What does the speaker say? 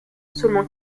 seulement